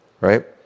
right